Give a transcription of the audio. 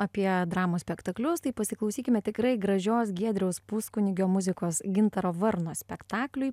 apie dramos spektaklius tai pasiklausykime tikrai gražios giedriaus puskunigio muzikos gintaro varno spektakliui